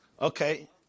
Okay